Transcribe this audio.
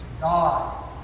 God